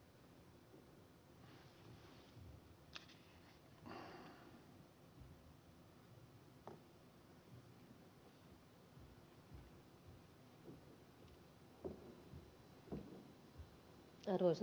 arvoisa puhemies